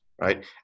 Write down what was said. right